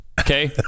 okay